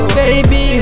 baby